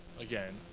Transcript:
Again